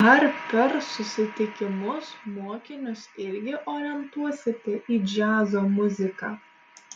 ar per susitikimus mokinius irgi orientuosite į džiazo muziką